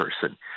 person